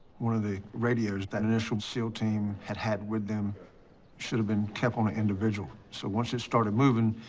one of the radios that initial seal team had had with them should've been kept on an individual. so once it started moving,